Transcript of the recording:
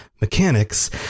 mechanics